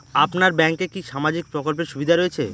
আপনার ব্যাংকে কি সামাজিক প্রকল্পের সুবিধা রয়েছে?